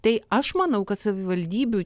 tai aš manau kad savivaldybių